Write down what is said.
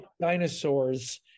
dinosaurs